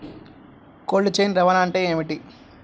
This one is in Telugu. కోల్డ్ చైన్ రవాణా అంటే ఏమిటీ?